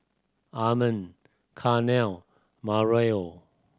Armand Carnell and Marion